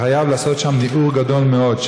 אתה חייב לעשות שם ניעור גדול מאוד,